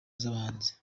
z’abahanzi